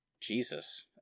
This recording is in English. Jesus